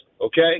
okay